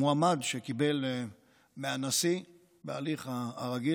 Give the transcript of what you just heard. מועמד קיבל מהנשיא בהליך הרגיל,